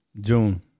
June